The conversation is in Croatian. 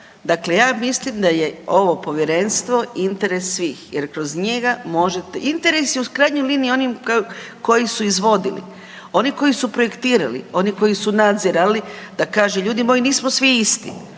dakle ja mislim da je ovo povjerenstvo interes svih jer kroz njega možete, interes je u krajnjoj liniji onim koji su izvodili, oni koji su projektirali, oni koji su nadzirali da kaže ljudi moji nismo svi isti,